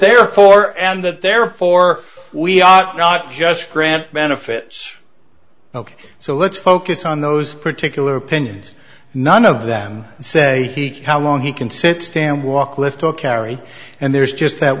their core and that therefore we are not just grant benefits ok so let's focus on those particular opinions none of them say the kelong he can sit stand walk lift talk carry and there's just that